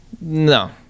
No